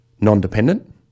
non-dependent